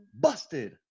Busted